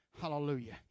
Hallelujah